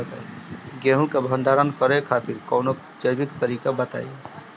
गेहूँ क भंडारण करे खातिर कवनो जैविक तरीका बताईं?